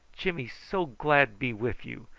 jimmy so glad be with you.